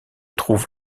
trouve